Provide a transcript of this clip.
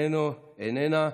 איננה,